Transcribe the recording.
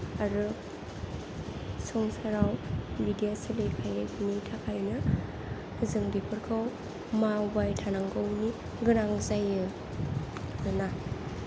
आरो संसाराव बिदिया सोलिखायो बिनि थाखायनो जों बेखौ मावबाय थानांगौनि गोनां जायो होनना